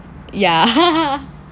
ya